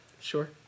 sure